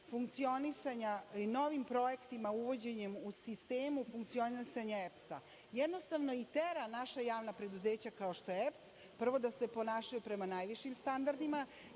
funkcionisanja i novim projektima, uvođenje u sistem funkcionisanja EPS-a jednostavno tera naša javna preduzeća kao što je EPS prvo da se ponašaju prema najvišim standardima,